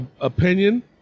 opinion